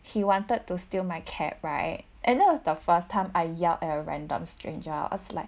he wanted to steal my cap right and that was the first time I yelled at a random stranger I was like